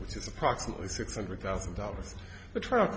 which is approximately six hundred thousand dollars a truck